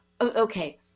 okay